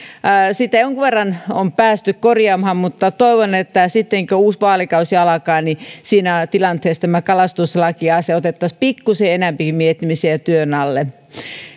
on jonkun verran päästy korjaamaan mutta toivon että sitten kun uusi vaalikausi alkaa niin siinä tilanteessa tämä kalastuslakiasia otettaisiin pikkusen enempi miettimisen ja työn alle